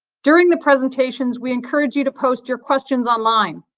during the presentations we encourage you to post your questions online.